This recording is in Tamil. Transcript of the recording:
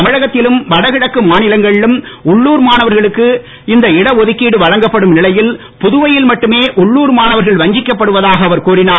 தமிழகத்திலும் வடகிழக்கு மாநிலங்களிலும் உள்ளூர் மாணவர்களுக்கு இந்த இடஒதுக்கிடு வழங்கப்படும் நிலையில் புதுவையில் மட்டுமே உள்ளூர் மாணவர்கள் வஞ்சிக்கப்படுவதாக அவர் கூறிஞர்